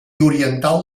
oriental